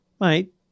Mate